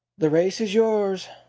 the race is yours,